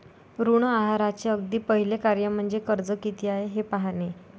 ऋण आहाराचे अगदी पहिले कार्य म्हणजे कर्ज किती आहे हे पाहणे